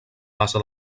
base